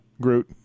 Groot